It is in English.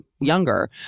younger